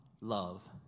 love